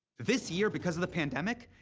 this year, because of the pandemic,